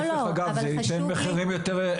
להיפך אגב זה ייתן מחירים יותר,